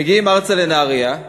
הם מגיעים ארצה לנהרייה,